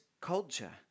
culture